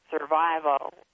survival